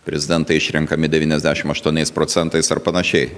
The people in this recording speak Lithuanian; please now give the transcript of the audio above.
prezidentai išrenkami devyniasdešim aštuoniais procentais ar panašiai